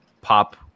pop